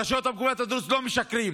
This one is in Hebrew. הרשויות המקומיות הדרוזיות לא משקרות.